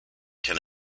can